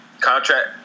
contract